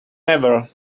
never